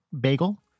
bagel